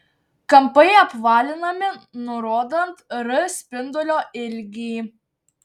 kampai apvalinami nurodant r spindulio ilgį